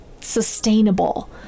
sustainable